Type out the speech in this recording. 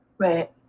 Right